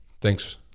Thanks